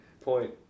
point